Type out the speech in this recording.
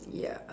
ya